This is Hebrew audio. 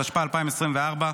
התשפ"ה 2024,